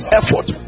effort